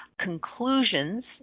conclusions